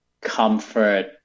comfort